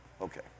Okay